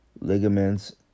ligaments